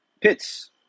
pits